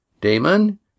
Damon